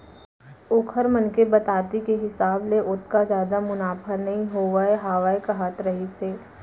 ओखर मन के बताती के हिसाब ले ओतका जादा मुनाफा नइ होवत हावय कहत रहिस हे